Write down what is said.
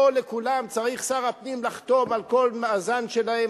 לא לכולם צריך שר הפנים לחתום על כל מאזן שלהן,